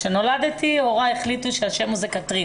כשנולדתי הורי החליטו שהשם הוא קטרין